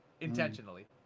intentionally